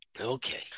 Okay